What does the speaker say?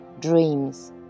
dreams